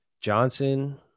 Johnson